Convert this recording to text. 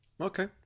okay